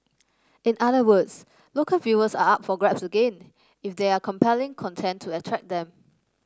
in other words local viewers are up for grabs again if there are compelling content to attract them